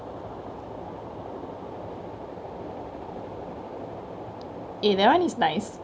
eh that one is nice